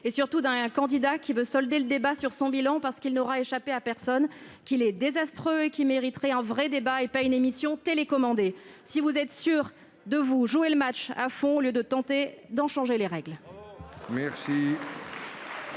surtout un candidat qui veut solder le débat sur son bilan, parce qu'il n'aura échappé à personne que celui-ci est désastreux, ce qui mériterait un vrai débat, et non une émission télécommandée. Si vous êtes sûrs de vous, jouez le match à fond, au lieu de tenter d'en changer les règles.